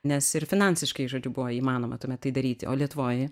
nes ir finansiškai žodžiu buvo įmanoma tuomet tai daryti o lietuvoj